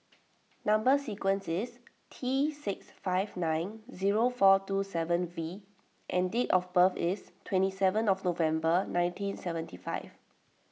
Number Sequence is T six five nine zero four two seven V and date of birth is twenty seven of November nineteen seventy five